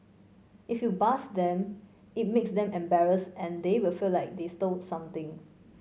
if you buzz them it makes them embarrassed and they will feel like they stole something